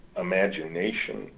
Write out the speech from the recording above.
imagination